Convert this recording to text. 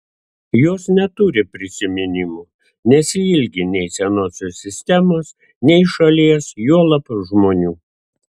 jos neturi prisiminimų nesiilgi nei senosios sistemos nei šalies juolab žmonių